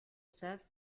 ser